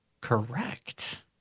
Correct